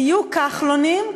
תהיו כחלונים,